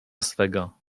swego